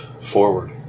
forward